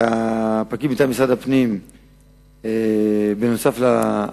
הובא לידיעתי כי משרד הפנים לא העביר